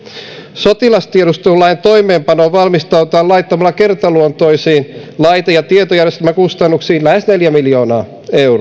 sotilastiedustelulain toimeenpanoon valmistaudutaan laittamalla kertaluontoisiin laite ja tietojärjestelmäkustannuksiin lähes neljä miljoonaa euroa